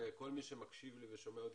וכל מי שמקשיב לי ושומע אותי,